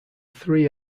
three